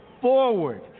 forward